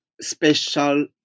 special